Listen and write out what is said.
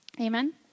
Amen